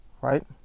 right